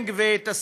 ולמי?